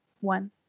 One